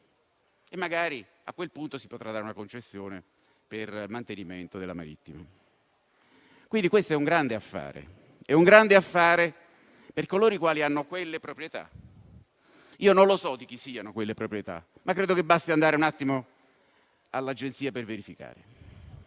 Magari, a quel punto, si potrà dare una concessione per il mantenimento della marittima. Questo è quindi un grande affare per coloro i quali hanno quelle proprietà: non so di chi siano, ma credo che basti andare un attimo all'Agenzia per verificare.